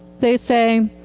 they say,